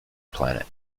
planet